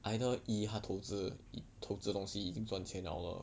either 一他投资一投资东西已经赚钱了了